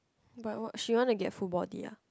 but what she want to get full body ah